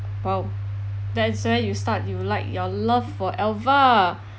!wow! that's where you start you like your love for elva